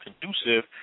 conducive